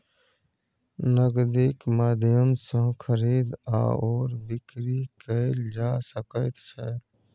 नगदीक माध्यम सँ खरीद आओर बिकरी कैल जा सकैत छै